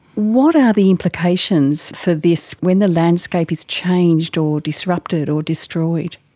what are the implications for this when the landscape is changed or disrupted or destroyed?